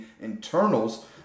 internals